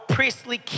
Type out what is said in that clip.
priestly